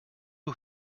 who